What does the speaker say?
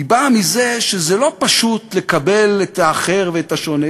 היא באה מזה שלא פשוט לקבל את האחר ואת השונה,